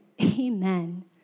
Amen